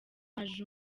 haje